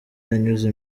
yanyuze